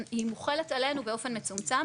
היא מוחלת עלינו באופן מצומצם,